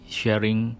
sharing